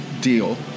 deal